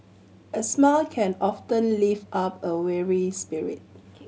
a smile can often lift up a weary spirit